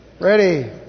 Ready